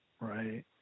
Right